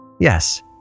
Yes